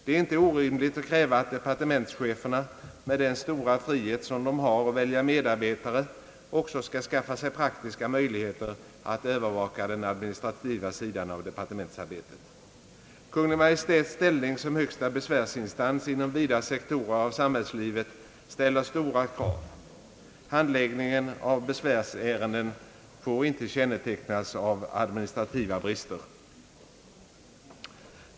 Det är inte orimligt att kräva att departementscheferna med den stora frihet de har att välja medarbetare också skall skaffa sig praktiska möjligheter att övervaka den administrativa delen av departementsarbetet. Kungl. Maj:ts ställning som högsta besvärsinstans inom vida sektorer inom samhällslivet ställer stora krav. Handläggningen av besvärsärenden får inte kännetecknas av administrativa brister.